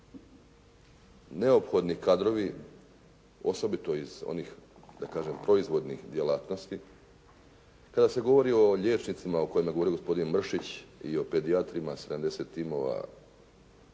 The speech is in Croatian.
neophodni kadrovi, osobito iz onih proizvodnih djelatnosti kada se govori o liječnicima o kojima je govorio gospodin Mršić i o pedijatrima, 70 timova